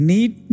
Need